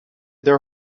their